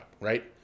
right